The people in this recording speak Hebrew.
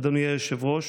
אדוני היושב-ראש,